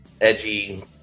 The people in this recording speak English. edgy